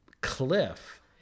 cliff